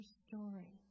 story